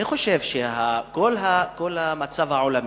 אני חושב שכל המצב העולמי,